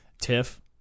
tiff